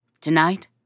Tonight